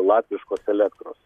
latviškos elektros